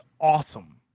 awesome